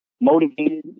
motivated